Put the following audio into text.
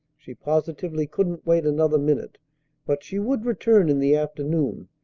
she positively couldn't wait another minute but she would return, in the afternoon,